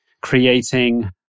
creating